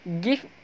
Give